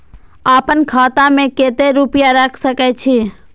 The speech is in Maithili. आपन खाता में केते रूपया रख सके छी?